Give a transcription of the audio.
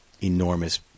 enormous